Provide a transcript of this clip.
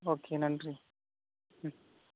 okay நன்றி ம்